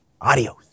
Adios